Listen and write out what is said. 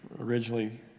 originally